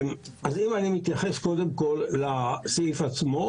אם אני קודם כל מתייחס לסעיף עצמו,